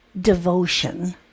Devotion